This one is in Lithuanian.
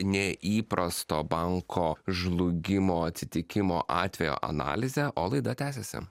nė įprasto banko žlugimo atsitikimo atvejo analizę o laida tęsiasi